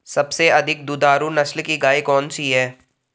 सबसे अधिक दुधारू नस्ल की गाय कौन सी है?